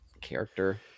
character